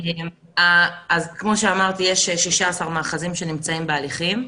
אז כמו שאמתי, יש 16 מאחזים שנמצאים בהליכים.